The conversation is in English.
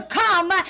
come